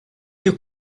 you